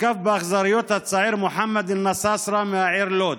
הותקף באכזריות הצעיר מוחמד א-נסאסרה מהעיר לוד